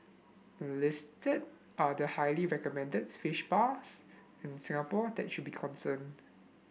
listed are the highly recommended fish spas in Singapore that should be concerned